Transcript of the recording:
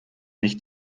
nicht